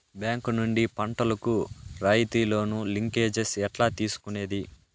Bank నుండి పంటలు కు రాయితీ లోను, లింకేజస్ ఎట్లా తీసుకొనేది?